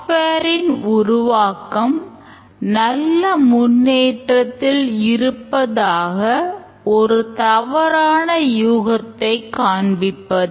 real time project உருவாக்கம் ஆரம்பித்த பிறகு வாடிக்கையாளர் தேவைகளுக்கு தகுந்தாற்போல் மாற்றங்களை குறிப்பிடுவர்